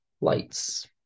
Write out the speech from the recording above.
lights